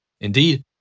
Indeed